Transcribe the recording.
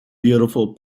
beautiful